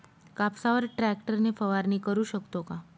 कापसावर ट्रॅक्टर ने फवारणी करु शकतो का?